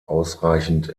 ausreichend